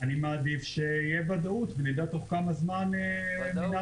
אני מעדיף שתהיה ודאות ושנדע תוך כמה זמן מינהל